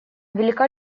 велика